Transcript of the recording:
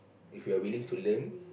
if you're willing to learn